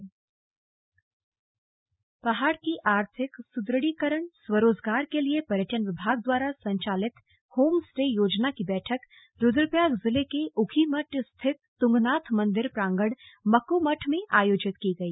slug home stay योजना रुद्रप्रयाग पहाड़ के आर्थिक सुद्रढ़ीकरण स्वरोजगार के लिए पर्यटन विभाग द्वारा संचालित होम स्टे योजना की बैठक रुद्रप्रयाग जिले के ऊखीमठ स्थित तुंगनाथ मंदिर प्रांगण मक्कूमठ में आयोजित की गई